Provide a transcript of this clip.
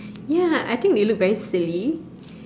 ya I think they look very silly